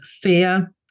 fear